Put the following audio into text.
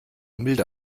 milde